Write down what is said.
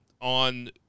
on